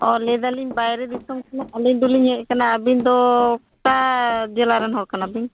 ᱚ ᱞᱟᱹᱭᱮᱫᱟ ᱞᱤᱧ ᱵᱟᱭᱨᱮ ᱫᱤᱥᱚᱢ ᱠᱷᱚᱱᱟ ᱟᱹᱞᱤᱧ ᱫᱚᱞᱤᱧ ᱦᱮᱡ ᱟᱠᱟᱱᱟ ᱟᱹᱵᱤᱱ ᱫᱚ ᱚᱠᱟ ᱡᱮᱞᱟ ᱨᱮᱱ ᱦᱚᱲ ᱠᱟᱱᱟ ᱵᱤᱱ